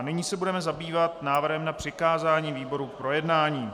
Nyní se budeme zabývat návrhem na přikázání výboru k projednání.